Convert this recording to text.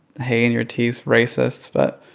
hay-in-your-teeth racists. but